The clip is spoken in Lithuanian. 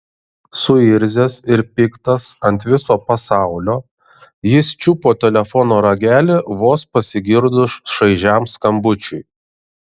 suirzęs ir piktas ant viso pasaulio jis čiupo telefono ragelį vos pasigirdus šaižiam skambučiui